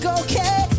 okay